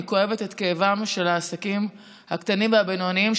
אני כואבת את כאבם של העסקים הקטנים והבינוניים,